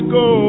go